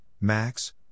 Max